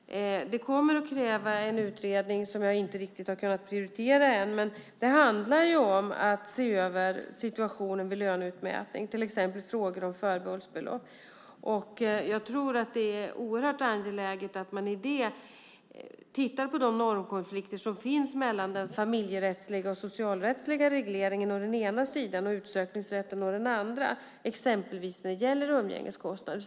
Det kommer att kräva en utredning som jag inte riktigt har kunnat prioritera än, men det handlar om att se över situationen vid löneutmätning, till exempel frågor om förbehållsbelopp. Jag tror att det är oerhört angeläget att man i det tittar på de normkonflikter som finns mellan den familjerättsliga och socialrättsliga regleringen å den ena sidan och utsökningsrätten å den andra, exempelvis när det gäller umgängeskostnader.